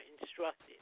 instructed